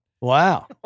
Wow